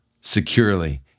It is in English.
securely